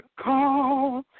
call